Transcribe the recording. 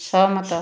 ସହମତ